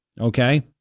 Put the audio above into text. Okay